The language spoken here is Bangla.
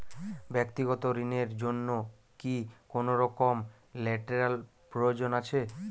ব্যাক্তিগত ঋণ র জন্য কি কোনরকম লেটেরাল প্রয়োজন আছে?